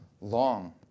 long